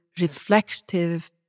reflective